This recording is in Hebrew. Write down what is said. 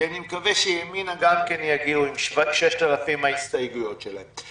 אני מקווה שימינה גם יגיעו עם 6,000 ההסתייגויות שלהם.